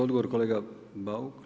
Odgovor kolega Bauk.